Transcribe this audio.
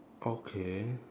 okay